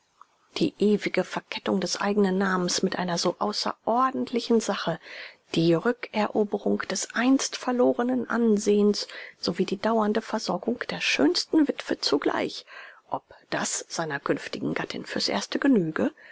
die ewige verkettung des eigenen namens mit einer so außerordentlichen sache die rückeroberung des einst verlorenen ansehens sowie die dauernde versorgung der schönsten witwe zugleich ob das seiner künftigen gattin fürs erste genüge